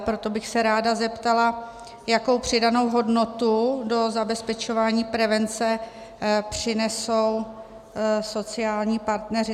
Proto bych se ráda zeptala, jakou přidanou hodnotu do zabezpečování prevence přinesou sociální partneři.